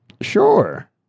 Sure